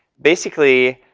basically,